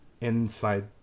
inside